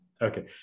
Okay